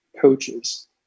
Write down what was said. coaches